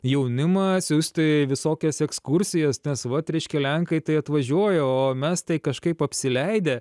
jaunimą siųsti į visokias ekskursijas nes vat reiškia lenkai tai atvažiuoja o mes tai kažkaip apsileidę